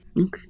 Okay